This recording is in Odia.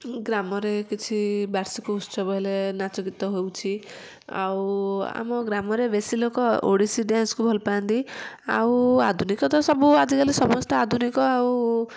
ଗ୍ରାମରେ କିଛି ବାର୍ଷିକ ଉତ୍ସବ ହେଲେ ନାଚ ଗୀତ ହେଉଛି ଆଉ ଆମ ଗ୍ରାମରେ ବେଶୀ ଲୋକ ଓଡ଼ିଶୀ ଡ୍ୟାନ୍ସକୁ ଭଲ ପାଆନ୍ତି ଆଉ ଆଧୁନିକ ତ ସବୁ ଆଜିକାଲି ସମସ୍ତେ ଆଧୁନିକ ଆଉ